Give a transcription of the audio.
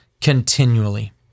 continually